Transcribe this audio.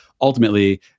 ultimately